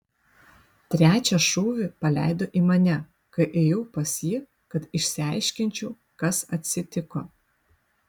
trečią šūvį paleido į mane kai ėjau pas jį kad išsiaiškinčiau kas atsitiko